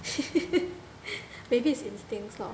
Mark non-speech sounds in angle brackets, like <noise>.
<laughs> maybe is instincts lor